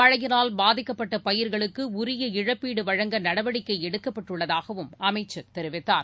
மழையினால் பாதிக்கப்பட்டபயிர்களுக்குஉரிய இழப்பீடுவழங்க நடவடிக்கைஎடுக்கப்பட்டுள்ளதாகவும் அமைச்சர் தெரிவித்தார்